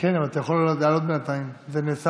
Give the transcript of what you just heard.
אתה יכול לבוא, זה נעשה